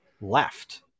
left